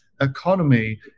economy